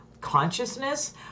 consciousness